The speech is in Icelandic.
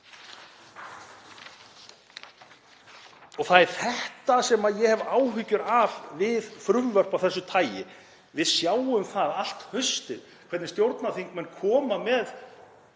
Það er þetta sem ég hef áhyggjur af við frumvörp af þessu tagi. Við sjáum það allt haustið hvernig stjórnarþingmenn koma með